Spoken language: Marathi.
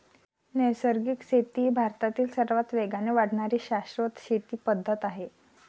नैसर्गिक शेती ही भारतातील सर्वात वेगाने वाढणारी शाश्वत शेती पद्धत आहे